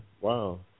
wow